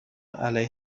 علیه